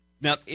Now